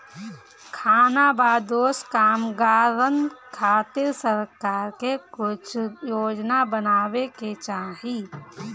खानाबदोश कामगारन खातिर सरकार के कुछ योजना बनावे के चाही